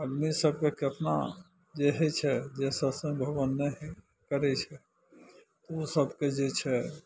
अपने सबके केतना जे होइ छै जे सतसङ्ग भजन नहि करय छै ओ सबके जे छै